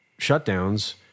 shutdowns